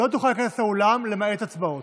לא תוכל להיכנס לאולם, למעט הצבעות.